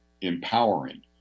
empowering